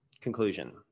conclusion